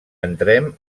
entrem